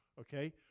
okay